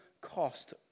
cost